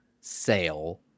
sale